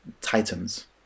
titans